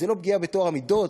זה לא פגיעה בטוהר המידות?